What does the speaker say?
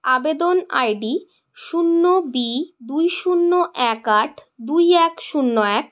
আবেদন আইডি শূন্য বি দুই শূন্য এক আট দুই এক শূন্য এক